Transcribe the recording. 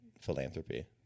philanthropy